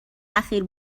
اخیر